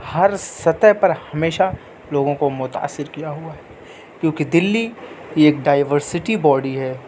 ہر سطح پر ہمیشہ لوگوں کو متأثر کیا ہوا ہے کیوں کہ دلی یہ ایک ڈائورسٹی باڈی ہے